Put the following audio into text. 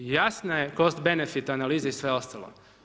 Jasna je cost benefit analiza i sve ostalo.